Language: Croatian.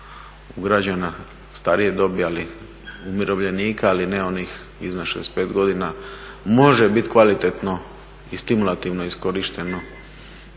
ugrađeno starije dobi ali i umirovljenika ali ne onih iznad 65 godina može biti kvalitetno i stimulativno iskorišteno